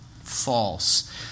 false